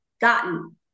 gotten